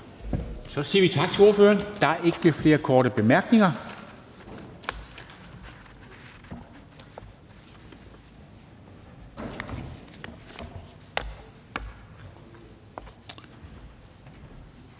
Mange tak til ordføreren. Der er ikke flere korte bemærkninger.